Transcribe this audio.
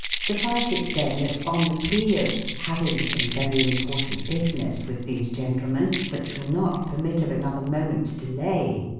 suffice it then, that, on the plea of having some very important business with these gentlemen, which will not permit of another moment's delay,